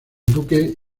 duque